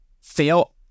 Fail